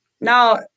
Now